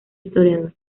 historiador